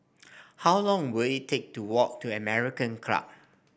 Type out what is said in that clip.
how long will it take to walk to American Club